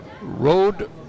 road